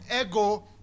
ego